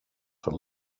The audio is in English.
for